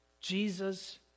Jesus